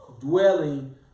dwelling